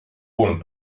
bun